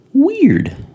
Weird